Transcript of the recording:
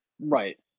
Right